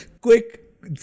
Quick